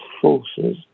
forces